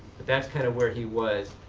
but that's kind of where he was.